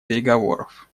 переговоров